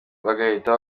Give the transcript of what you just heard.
bagahita